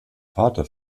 vater